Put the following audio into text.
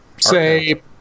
say